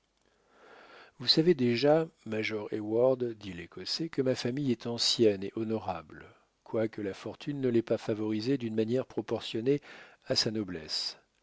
vous savez déjà major heyward dit l'écossais que ma famille est ancienne et honorable quoique la fortune ne l'ait pas favorisée d'une manière proportionnée à sa noblesse